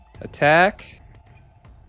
Attack